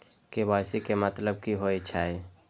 KYC के मतलब कि होई छै?